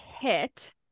hit